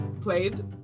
played